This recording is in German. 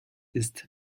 ist